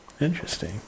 Interesting